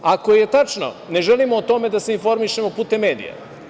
Ako je tačno, ne želimo o tome da se informišemo putem medija.